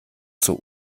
zur